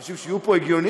אנשים שיהיו פה הם הגיוניים,